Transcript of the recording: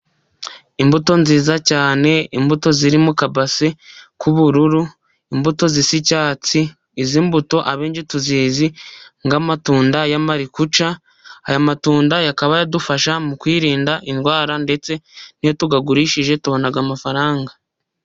Imbuto nziza cyane imbuto ziri mu kabase k'ubururu imbuto zisa icyatsi izi mbuto abenshi tuzizi nk'amatunda y'amarikuca, aya matunda akaba yadufasha mu kwirinda indwara ndetse niyo tuyagurishije tubona amafaranga.